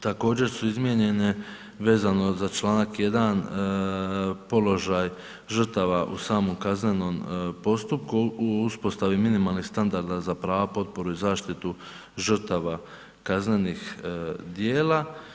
Također su izmijenjene vezano za članak 1. položaj žrtava u samom kaznenom postupku u uspostavi minimalnih standarda za prava, potporu i zaštitu žrtava kaznenih djela.